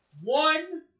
One